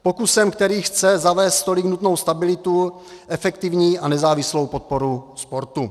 Pokusem, který chce zavést tolik nutnou stabilitu, efektivní a nezávislou podporu sportu.